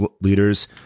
leaders